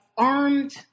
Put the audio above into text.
armed